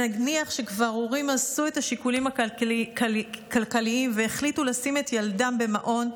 נניח שכבר הורים עשו את השיקולים הכלכליים והחליטו לשים את ילדם במעון,